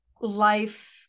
life